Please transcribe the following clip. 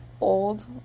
old